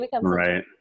right